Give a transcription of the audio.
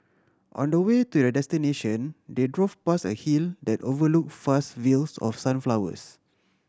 on the way to their destination they drove past a hill that overlook fast fields of sunflowers